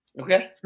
Okay